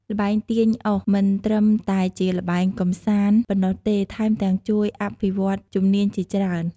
ល្បែងទាញអុស មិនត្រឹមតែជាល្បែងកម្សាន្តប៉ុណ្ណោះទេ ថែមទាំងជួយអភិវឌ្ឍជំនាញជាច្រើន